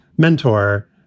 mentor